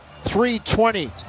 320